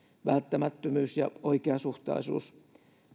välttämättömyys ja oikeasuhtaisuus